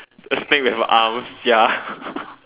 a snake with a arms ya